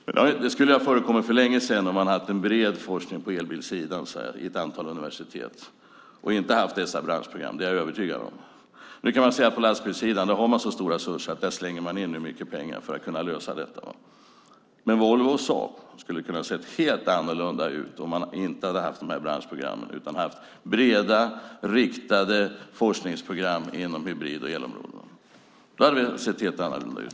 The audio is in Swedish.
Det skulle ha förekommit för länge sedan om man hade haft en bred forskning på elbilssidan vid ett antal universitet och inte haft dessa branschprogram. Det är jag övertygad om. På lastbilssidan har man så stora resurser att man där slänger in mycket pengar för att kunna lösa detta. Men Volvo och Saab skulle ha kunnat se helt annorlunda ut om man inte hade haft dessa branschprogram utan haft breda och riktade forskningsprogram inom hybrid och elområdet. Då hade det sett helt annorlunda ut.